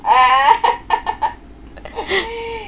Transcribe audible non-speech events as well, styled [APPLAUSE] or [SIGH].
[LAUGHS]